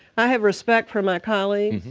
i have respect for my colleagues.